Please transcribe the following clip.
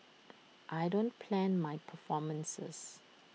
I don't plan my performances